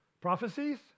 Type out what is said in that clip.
Prophecies